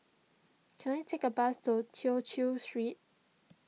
can I take a bus to Tew Chew Street